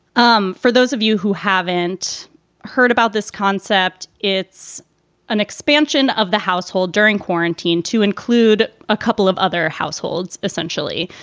um for those of you who haven't heard about this concept, it's an expansion of the household during quarantine to include a couple of other households, essentially.